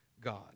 God